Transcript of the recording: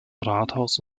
rathaus